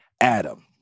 Adam